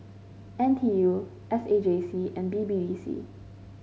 N T U S A J C and B B D C